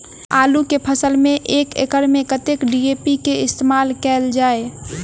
आलु केँ फसल मे एक एकड़ मे कतेक डी.ए.पी केँ इस्तेमाल कैल जाए?